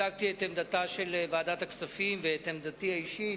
הצגתי את עמדתה של ועדת הכספים ואת עמדתי האישית.